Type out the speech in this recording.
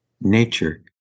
nature